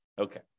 Okay